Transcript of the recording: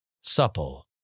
supple